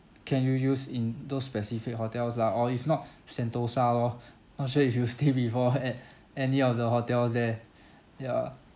can you use in those specific hotels lah oh it's not sentosa lor not sure if you stay before at any of the hotels there ya